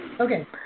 Okay